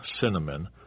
cinnamon